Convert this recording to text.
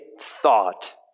thought